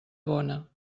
bona